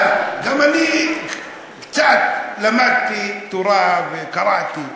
אבל גם אני קצת למדתי תורה וקראתי.